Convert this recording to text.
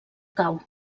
cau